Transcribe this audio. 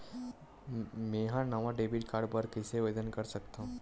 मेंहा नवा debit card बर कैसे आवेदन कर सकथव?